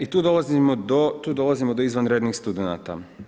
I tu dolazimo do izvanrednih studenata.